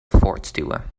voortstuwen